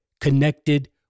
connected